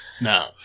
No